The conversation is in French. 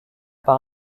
par